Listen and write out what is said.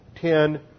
ten